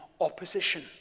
opposition